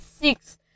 six